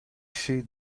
see